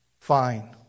fine